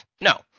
No